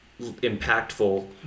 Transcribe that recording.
impactful